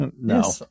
No